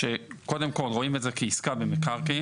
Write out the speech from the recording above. שקודם כל רואים את זה כעסקה במקרקעין.